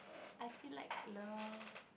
I feel like love